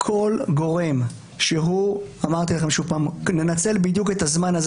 ננצל את הזמן הזה.